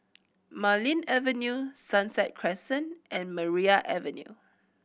Marlene Avenue Sunset Crescent and Maria Avenue